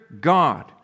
God